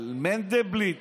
אבל מנדלבליט